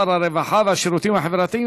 שר הרווחה והשירותים החברתיים,